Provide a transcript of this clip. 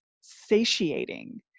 satiating